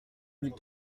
mille